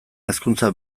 hezkuntza